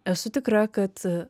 esu tikra kad